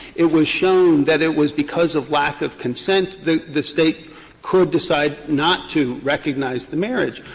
it was shown that it was because of lack of consent, the the state could decide not to recognize the marriage.